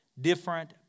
different